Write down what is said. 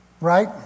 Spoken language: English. Right